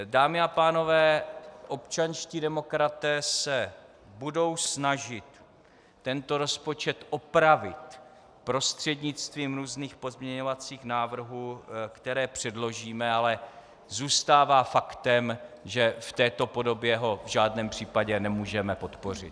Dámy a pánové, občanští demokraté se budou snažit tento rozpočet opravit prostřednictvím různých pozměňovacích návrhů, které předložíme, ale zůstává faktem, že v této podobě ho v žádném případě nemůžeme podpořit.